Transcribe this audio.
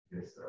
yes